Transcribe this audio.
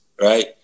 right